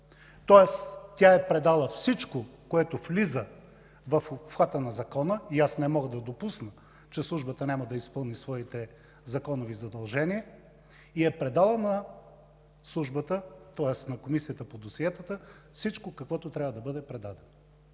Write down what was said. Тоест тя е предала всичко, което влиза в обхвата на Закона. Аз не мога да допусна, че Службата няма да изпълни своите законови задължения, и е предала на Комисията по досиетата всичко каквото трябва да бъде предадено.